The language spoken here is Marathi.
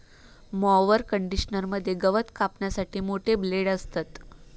मॉवर कंडिशनर मध्ये गवत कापण्यासाठी मोठे ब्लेड असतत